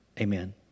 amen